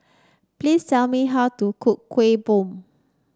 please tell me how to cook Kuih Bom